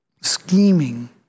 scheming